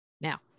Now